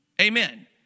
Amen